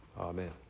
Amen